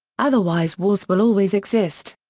otherwise wars will always exist.